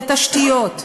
בתשתיות,